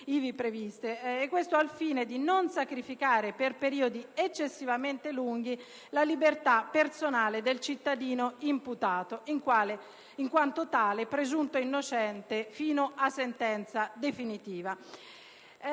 previste, al fine di non sacrificare per periodi eccessivamente lunghi la libertà personale del cittadino imputato, che in quanto tale è presunto innocente fino alla sentenza definitiva.